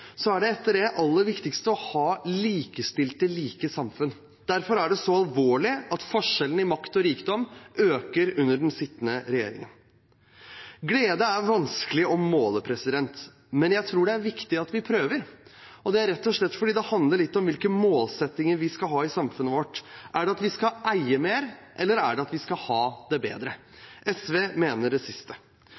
så alvorlig at forskjellen i makt og rikdom øker under den sittende regjeringen. Glede er vanskelig å måle, men jeg tror det er viktig at vi prøver – rett og slett fordi det handler litt om hvilke målsettinger vi skal ha for samfunnet vårt. Er det at vi skal eie mer, eller er det at vi skal ha det bedre? SV mener det siste.